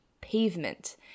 pavement